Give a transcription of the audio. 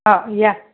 हा या